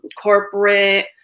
corporate